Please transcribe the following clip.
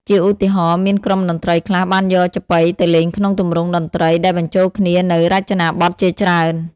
ជាឧទាហរណ៍ មានក្រុមតន្ត្រីខ្លះបានយកចាប៉ីទៅលេងក្នុងទម្រង់តន្ត្រី ដែលបញ្ចូលគ្នានូវរចនាបថជាច្រើន។